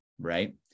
right